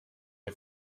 der